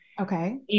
Okay